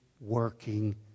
working